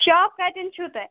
shop کتیٚن چھُو تۅہہِ